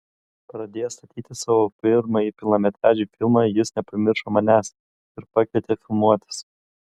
pradėjęs statyti savo pirmąjį pilnametražį filmą jis nepamiršo manęs ir pakvietė filmuotis